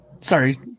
sorry